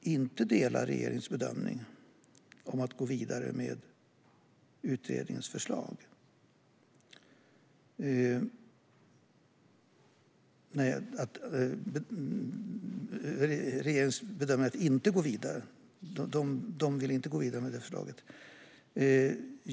inte delar regeringens bedömning att inte gå vidare med utredningens förslag.